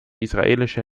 israelische